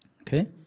Okay